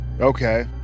Okay